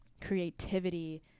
creativity